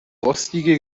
rostige